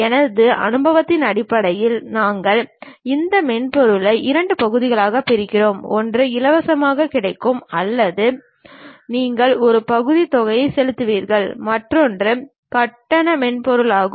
எனது அனுபவத்தின் அடிப்படையில் நாங்கள் இந்த மென்பொருளை இரண்டு பகுதிகளாகப் பிரிக்கிறோம் ஒன்று இலவசமாகக் கிடைக்கிறது அல்லது நீங்கள் ஒரு பகுதித் தொகையை செலுத்துகிறீர்கள் மற்றொன்று கட்டண மென்பொருளாகும்